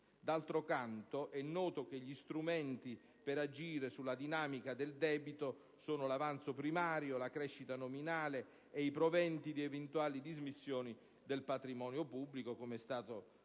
D'altro canto, è noto che gli strumenti per agire sulla dinamica del debito sono l'avanzo primario, la crescita nominale e i proventi di eventuali dismissioni del patrimonio pubblico, come è stato